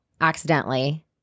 accidentally